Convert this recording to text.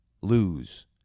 lose